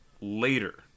later